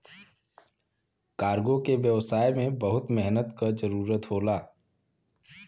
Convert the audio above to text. cargo के व्यवसाय में बहुत मेहनत क जरुरत होला